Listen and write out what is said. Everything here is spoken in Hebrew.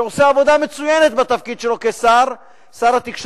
שעושה עבודה מצוינת בתפקיד שלו כשר התקשורת,